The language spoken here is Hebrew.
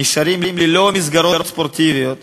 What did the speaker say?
נשארים ללא מסגרות ספורטיביות,